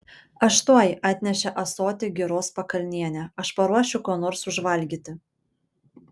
aš tuoj atnešė ąsotį giros pakalnienė aš paruošiu ko nors užvalgyti